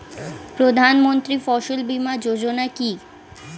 প্রধানমন্ত্রী ফসল বীমা যোজনা কি?